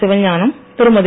Sivagnanam Thirumathi